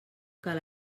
cal